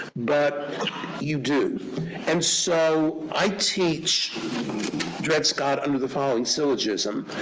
but you do and so i teach dred scott under the following syllogism